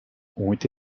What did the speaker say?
ont